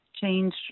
change